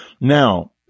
Now